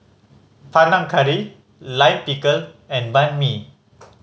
Panang Curry Lime Pickle and Banh Mi